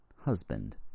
husband